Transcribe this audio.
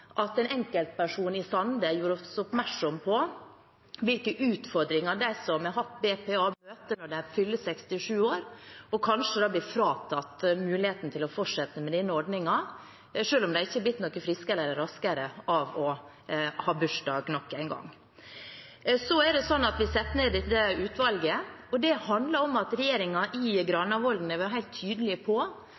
har hatt BPA, møter når de fyller 67 år, ved at de kanskje blir fratatt muligheten til å fortsette med denne ordningen, selv om de ikke er blitt noe friskere eller raskere av å ha hatt bursdag nok en gang. Så er det slik at vi setter ned dette utvalget. Det handler om at regjeringen i Granavolden-plattformen er helt tydelig på